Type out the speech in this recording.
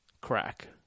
Crack